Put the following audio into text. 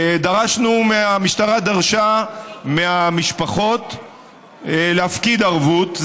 המשטרה דרשה מהמשפחות להפקיד ערבות,